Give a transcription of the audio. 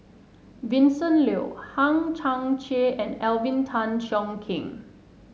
Vincent Leow Hang Chang Chieh and Alvin Tan Cheong Kheng